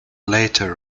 later